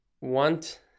want